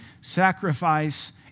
sacrifice